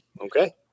Okay